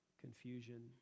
confusion